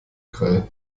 grell